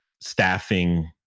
staffing